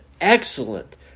excellent